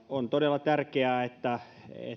on todella tärkeää että